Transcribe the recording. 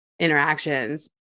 interactions